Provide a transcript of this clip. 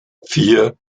vier